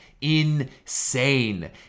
Insane